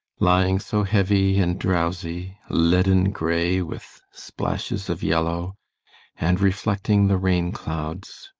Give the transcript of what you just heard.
lying so heavy and drowsy leaden-grey with splashes of yellow and reflecting the rain-clouds.